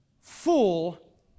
fool